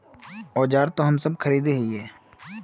औजार तो हम सब खरीदे हीये?